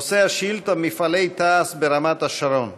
נושא השאילתה: מפעלי תעש ברמת השרון.